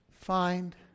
Find